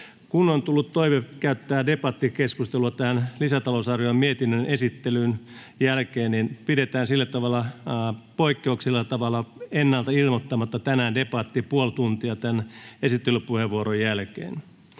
Kun on tullut toive käydä debattikeskustelua lisätalousarviomietinnön esittelyn jälkeen, niin pidetään tänään poikkeuksellisesti, ennalta ilmoittamatta puolen tunnin debatti esittelypuheenvuoron jälkeen.